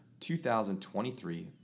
2023